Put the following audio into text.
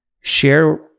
Share